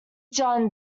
john